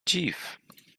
dziw